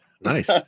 Nice